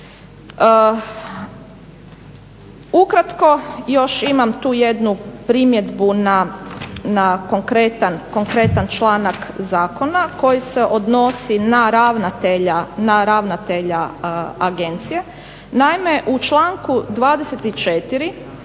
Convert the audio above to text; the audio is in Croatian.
Ukratko još imam tu jednu primjedbu na konkretan članak zakona koji se odnosi na ravnatelja agencije.